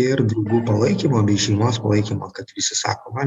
ir draugų palaikymo bei šeimos palaikymo kad visi sako man